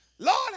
Lord